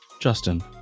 Justin